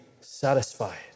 satisfied